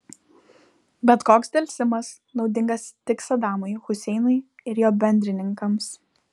bet koks delsimas naudingas tik sadamui huseinui ir jo bendrininkams